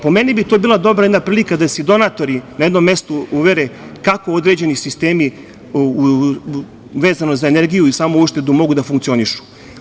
Po meni bi to bila dobra jedna prilika da se i donatori na jednom mestu uvere kako određeni sistemi, vezano za energiju i samouštedu mogu da funkcionišu.